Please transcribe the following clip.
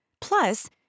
Plus